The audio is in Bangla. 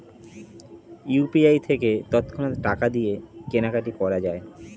ইউ.পি.আই থেকে তৎক্ষণাৎ টাকা দিয়ে কেনাকাটি করা যায়